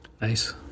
Nice